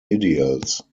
ideals